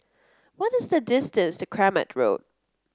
what is the distance to Kramat